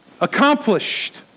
Accomplished